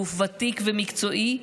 גוף ותיק ומקצועי,